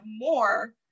more